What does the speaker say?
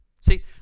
See